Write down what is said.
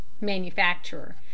Manufacturer